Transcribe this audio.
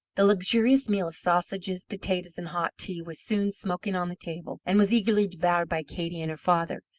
the luxurious meal of sausages, potatoes, and hot tea was soon smoking on the table, and was eagerly devoured by katey and her father.